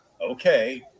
okay